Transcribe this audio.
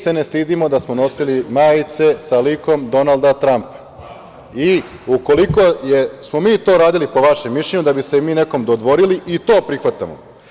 Mi se ne stidimo da smo nosili majice sa likom Donalda Trampa i ukoliko smo mi to radili, po vašem mišljenju, da bi se mi nekome dodvorili i to prihvatamo.